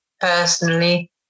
personally